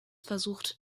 versucht